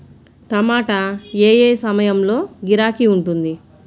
టమాటా ఏ ఏ సమయంలో గిరాకీ ఉంటుంది?